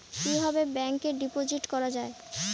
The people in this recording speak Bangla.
কিভাবে ব্যাংকে ডিপোজিট করা হয়?